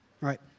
Right